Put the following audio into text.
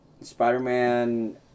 Spider-Man